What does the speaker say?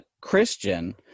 Christian